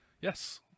Yes